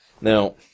Now